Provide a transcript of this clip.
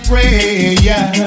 Prayer